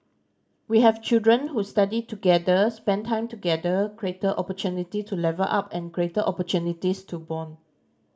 we have children who study together spent time together greater opportunity to level up and greater opportunities to bond